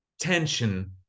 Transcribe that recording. tension